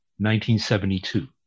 1972